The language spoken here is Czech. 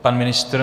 Pan ministr?